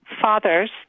Fathers